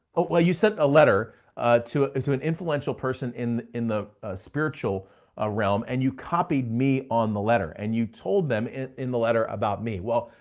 well well you sent a letter to to an influential person in in the spiritual ah realm and you copied me on the letter and you told them in the letter about me. well,